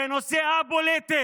זה נושא א-פוליטי,